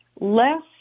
less